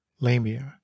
Lamia